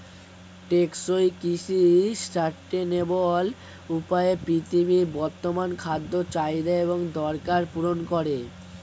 টেকসই কৃষি সাস্টেইনেবল উপায়ে পৃথিবীর বর্তমান খাদ্য চাহিদা এবং দরকার পূরণ করে